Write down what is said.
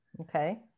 Okay